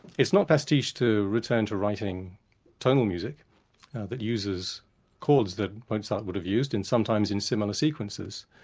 it's not pastiche to return to writing tonal music that uses chords that mozart would have used and sometimes in similar sequences.